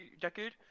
decade